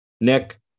Nick